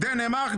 דנמרק,